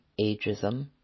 ageism